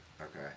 okay